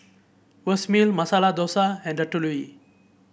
Vermicelli Masala Dosa and Ratatouille